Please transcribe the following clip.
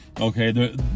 Okay